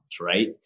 right